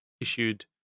issued